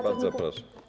Bardzo proszę.